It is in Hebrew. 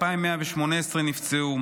2,118 נפצעו,